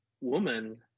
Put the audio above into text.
woman